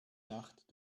nacht